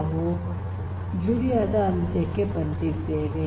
ನಾವು ಈಗ ಜೂಲಿಯಾ ದ ಅಂತ್ಯಕ್ಕೆ ಬಂದಿದ್ದೇವೆ